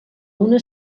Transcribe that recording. una